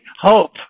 Hope